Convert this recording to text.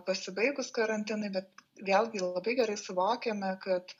pasibaigus karantinui bet vėlgi labai gerai suvokiame kad